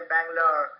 Bangalore